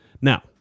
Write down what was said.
Now